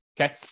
Okay